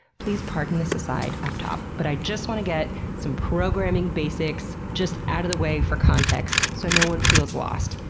please pardon this aside up top but i just want to get some programming basics just out of the way for context so no one feels lost.